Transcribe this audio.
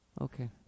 Okay